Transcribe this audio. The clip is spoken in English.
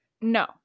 no